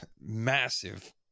massive